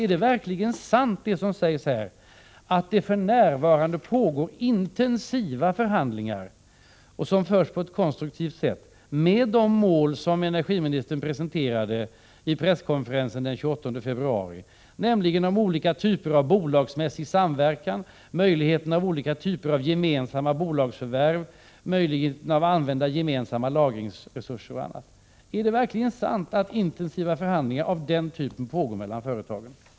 Är det verkligen sant det som sägs här att det för närvarande pågår intensiva förhandlingar, som förs på ett konstruktivt sätt, med de mål som energiministern presenterade vid presskonferensen den 28 februari, nämligen om olika typer av bolagsmässig samverkan, möjligheten till olika typer av gemensamma bolagsförvärv, möjligheten att använda gemensamma lagringsresurser och annat. Är det verkligen sant att intensiva förhandlingar av den typen pågår mellan företagen?